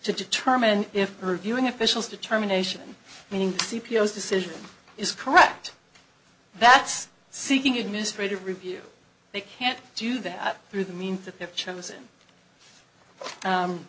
to determine if reviewing officials determination meaning c p s decision is correct that's seeking administrative review they can't do that through the means that they've chosen